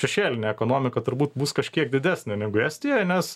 šešėlinė ekonomika turbūt bus kažkiek didesnė negu estijoj nes